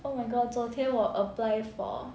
oh my god 昨天我 apply for